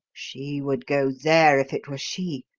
she would go there if it were she.